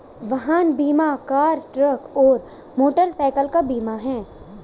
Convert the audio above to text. वाहन बीमा car, truck और मोटरसाइकिल का बीमा है